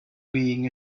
being